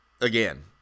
Again